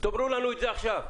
תאמרו לנו את זה עכשיו.